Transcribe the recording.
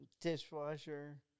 Dishwasher